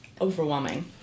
overwhelming